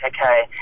okay